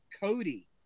Cody